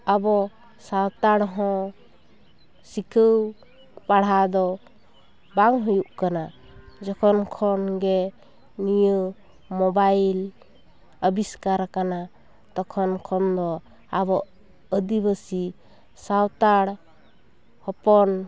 ᱟᱵᱚ ᱥᱟᱶᱛᱟᱲ ᱦᱚᱸ ᱥᱤᱠᱟᱹᱣ ᱯᱟᱲᱦᱟᱣ ᱫᱚ ᱵᱟᱝ ᱦᱩᱭᱩᱜ ᱠᱟᱱᱟ ᱡᱚᱠᱷᱚᱱ ᱠᱷᱚᱱ ᱜᱮ ᱱᱤᱭᱟᱹ ᱢᱳᱵᱟᱭᱤᱞ ᱟᱵᱤᱥᱠᱟᱨᱟᱠᱟᱱᱟ ᱛᱚᱠᱷᱚᱱ ᱠᱷᱚᱱ ᱫᱚ ᱟᱵᱚ ᱟᱫᱤᱵᱟᱹᱥᱤ ᱥᱟᱶᱛᱟᱲ ᱦᱚᱯᱚᱱ